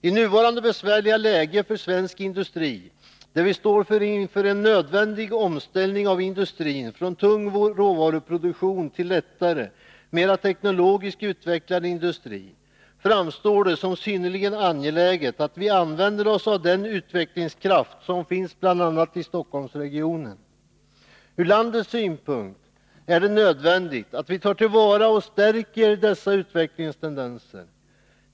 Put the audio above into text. I nuvarande besvärliga läge för svensk industri, där vi står inför en nödvändig omställning av industrin från tung råvaruproduktion till lättare, mera teknologiskt utvecklad industri, framstår det som synnerligen angeläget att vi använder oss av den utvecklingskraft som finns bl.a. i Stockholmsregionen. Från landets synpunkt sett är det nödvändigt att vi tar till vara och stärker dessa utvecklingstendenser.